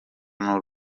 n’u